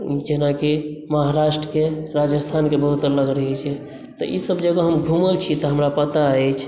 जेनाकि महारष्ट्रके राजस्थानके बहुत अलग रहै छै तऽ ई सभ जगह हम घुमल छी तऽ हमरा पता अछि